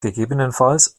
ggf